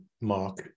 Mark